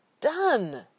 done